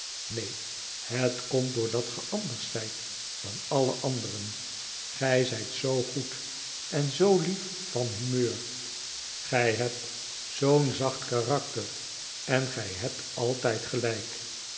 neen het komt doordat ge anders zijt dan alle anderen gij zijt zoo goed en zoo lief van humeur gij hebt zoo'n zacht karakter en gii hebt altijd gelijk